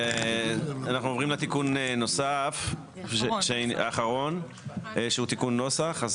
אנחנו עוברים לתיקון נוסף האחרון שהוא תיקון נוסח.